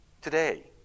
today